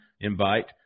invite